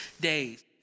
days